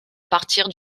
partir